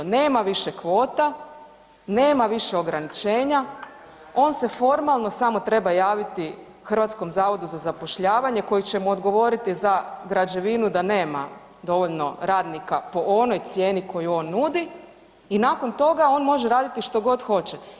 Nema više kvota, nema više ograničenja, on se formalno samo treba javiti HZZ-u koji će mu odgovoriti za građevinu da nema dovoljno radnika po onoj cijeni koju on nudi i nakon toga on može raditi što god hoće.